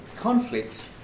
conflict